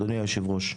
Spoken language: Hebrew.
אדוני היושב-ראש,